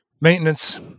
maintenance